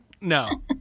No